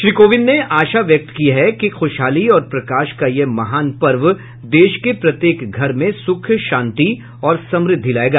श्री कोविंद ने आशा व्यक्त की है कि ख़ुशहाली और प्रकाश का यह महान पर्व देश के प्रत्येक घर में सुख शांति और समृद्धि लाएगा